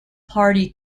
party